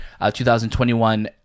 2021